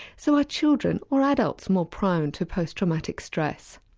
so are children, or adults, more prone to post-traumatic stress?